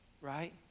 right